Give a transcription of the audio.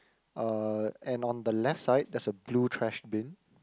uh and on the left side there's a blue trash bin